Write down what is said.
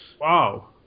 Wow